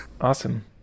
Awesome